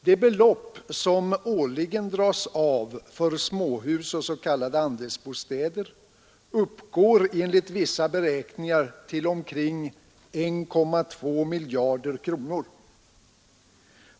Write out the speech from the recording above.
Det belopp som årligen dras av för egenägda småhus och s.k. andelsbostäder uppgår enligt vissa beräkningar till omkring 1,2 miljarder kronor.